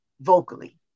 Vocally